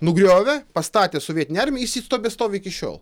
nugriovė pastatė sovietinei armijai jis tebestovi iki šiol